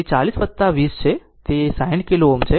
તેથી હાથની આ બાજુ તે 40 20 હશે તે 60 કિલો Ω છે